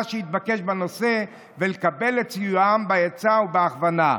שיתבקש בנושא ולקבל את סיועה בעצה ובהכוונה.